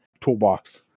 toolbox